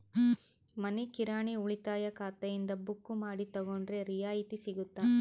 ಮನಿ ಕಿರಾಣಿ ಉಳಿತಾಯ ಖಾತೆಯಿಂದ ಬುಕ್ಕು ಮಾಡಿ ತಗೊಂಡರೆ ರಿಯಾಯಿತಿ ಸಿಗುತ್ತಾ?